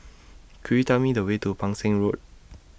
Could YOU Tell Me The Way to Pang Seng Road